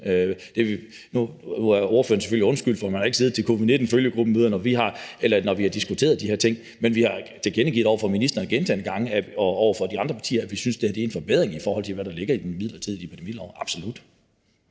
Nu er ordføreren selvfølgelig undskyldt, for han har ikke siddet med til covid-19-følgegruppemøderne, når vi har diskuteret de her ting. Men vi har tilkendegivet over for ministeren gentagne gange – og også over for de andre partier – at vi synes, det her er en forbedring, i forhold til hvad der ligger i den midlertidige epidemilov. Kl.